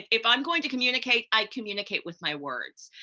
if i'm going to communicate, i communicate with my words.